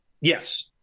Yes